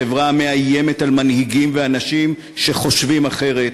חברה המאיימת על מנהיגים ועל אנשים שחושבים אחרת,